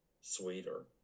sweeter